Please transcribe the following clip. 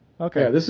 Okay